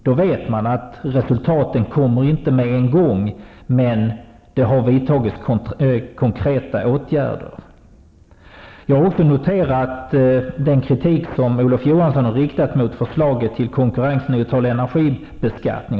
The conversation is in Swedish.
Då vet man att resultaten kommer inte med en gång, men det har vidtagits konkreta åtgärder. Jag har också noterat den kritik som Olof Johansson har riktat mot förslaget till konkurrensneutral energibeskattning.